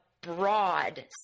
broad